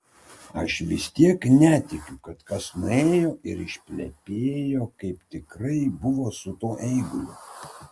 aš vis tiek netikiu kad kas nuėjo ir išplepėjo kaip tikrai buvo su tuo eiguliu